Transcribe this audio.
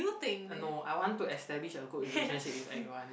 uh no I want to establish a good relationship with everyone